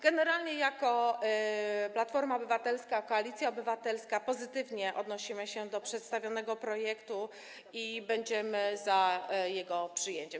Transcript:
Generalnie jako Platforma Obywatelska - Koalicja Obywatelska pozytywnie odnosimy się do przedstawionego projektu i będziemy za jego przyjęciem.